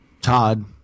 Todd